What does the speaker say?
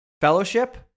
fellowship